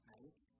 Right